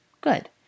Good